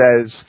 says